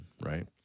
right